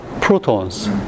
protons